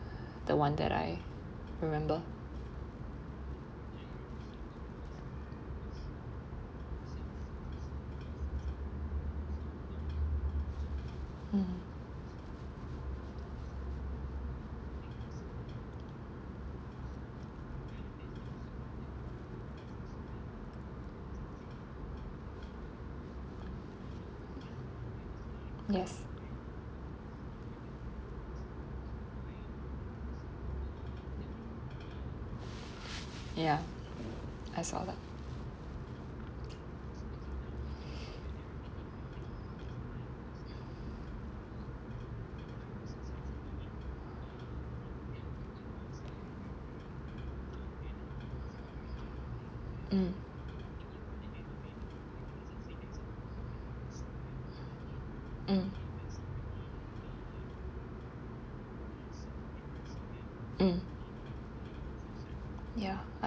the one that I remember mm yes ya I saw that mm mm mm ya I